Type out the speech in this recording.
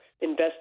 invest